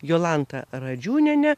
jolanta radžiūniene